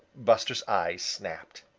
buster's eyes snapped.